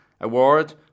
Award